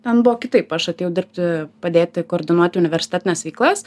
ten buvo kitaip aš atėjau dirbti padėti koordinuoti universitetines veiklas